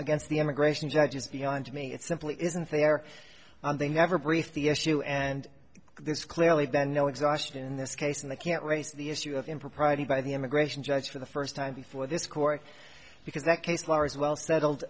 against the immigration judge is beyond me it simply isn't there and they never brief the issue and there's clearly been no exhaustion in this case and they can't raise the issue of impropriety by the immigration judge for the first time before this court because that case law as well settled